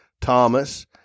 Thomas